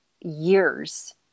years